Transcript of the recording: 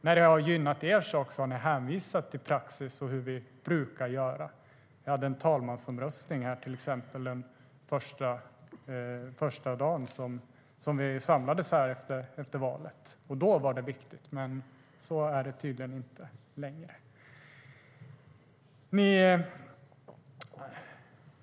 När det har gynnat er sak har ni hänvisat till praxis och hur vi brukar göra. Vi hade till exempel en talmansomröstning den första dagen då vi samlades efter valet. Då var det viktigt, men det är det tydligen inte längre.